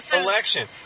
election